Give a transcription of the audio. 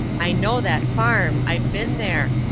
i know that farm, i've been there.